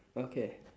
okay